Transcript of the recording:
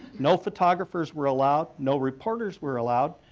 no photographers were allowed. no reporters were allowed.